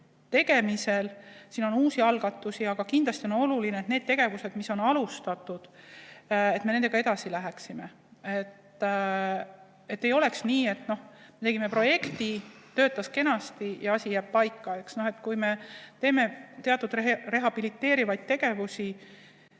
tegemisel. Siin on uusi algatusi, aga kindlasti on oluline, et need tegevused, mida on alustatud, et me nendega edasi läheksime. Et ei oleks nii, et tegime projekti, töötas kenasti, aga asi jääb [toppama]. Kui me teeme teatud rehabiliteerivaid tegevusi